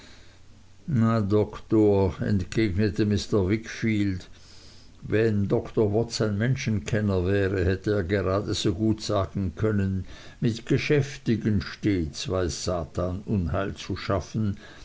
na doktor entgegnete mr wickfield wenn dr watts ein menschenkenner gewesen wäre hätte er grade so gut sagen können mit geschäftigen stets weiß satan unheil zu schaffen